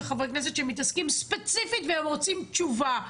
חברי הכנסת שהם מתעסקים ספציפית והם רוצים תשובה.